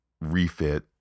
refit